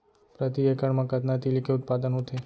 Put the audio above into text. प्रति एकड़ मा कतना तिलि के उत्पादन होथे?